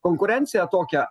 konkurenciją tokią